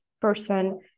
person